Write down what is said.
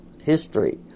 history